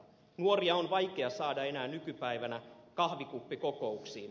nuoria on vaikea saada enää nykypäivänä kahvikuppikokouksiin